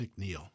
McNeil